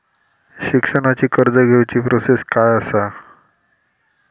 शिक्षणाची कर्ज घेऊची प्रोसेस काय असा?